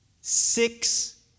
Six